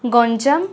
Ganjam